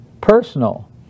personal